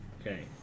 Okay